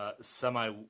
semi